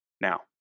Now